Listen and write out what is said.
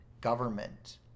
government